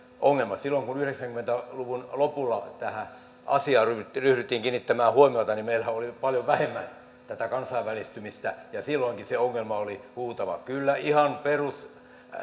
ongelma silloin kun yhdeksänkymmentä luvun lopulla tähän asiaan ryhdyttiin ryhdyttiin kiinnittämään huomiota niin meillähän oli paljon vähemmän tätä kansainvälistymistä ja silloinkin se ongelma oli huutava kyllä ihan perus